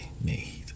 need